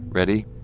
ready.